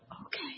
okay